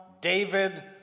David